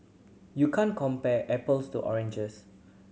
you can't compare apples to oranges